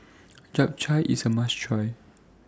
Japchae IS A must Try